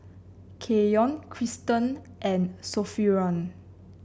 Keyon Kristen and Sophronia